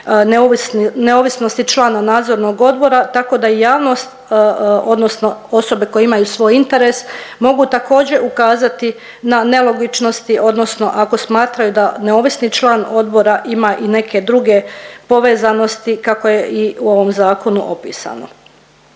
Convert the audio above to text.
neovisnosti člana nadzornog odbora, tako da i javnost odnosno osobe koje imaju svoj interes mogu također ukazati na nelogičnosti odnosno ako smatraju da neovisni član odbora ima i neke druge povezanosti kako je i u ovom zakonu opisano.